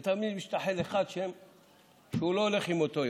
ותמיד משתחל אחד שלא הולך עם אותו יום.